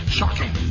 Shocking